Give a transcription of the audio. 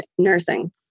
nursing